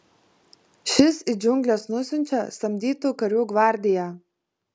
šis į džiungles nusiunčia samdytų karių gvardiją